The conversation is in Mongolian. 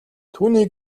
түүний